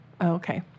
Okay